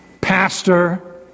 pastor